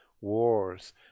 wars